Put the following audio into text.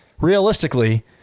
realistically